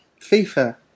FIFA